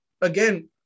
again